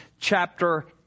chapter